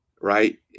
right